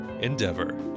Endeavor